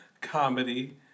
comedy